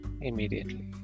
immediately